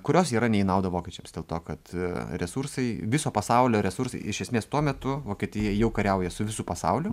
kurios yra ne į naudą vokiečiams dėl to kad resursai viso pasaulio resursai iš esmės tuo metu vokietija jau kariauja su visu pasauliu